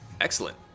Excellent